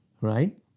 right